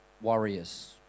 warriors